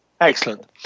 Excellent